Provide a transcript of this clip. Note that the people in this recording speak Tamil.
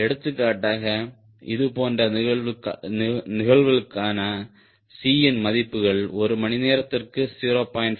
எடுத்துக்காட்டாக இதுபோன்ற நிகழ்வுகளுக்கான C இன் மதிப்புகள் ஒரு மணி நேரத்திற்கு 0